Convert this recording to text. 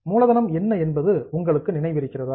மூலதனம் என்ன என்பது உங்களுக்கு நினைவிருக்கிறதா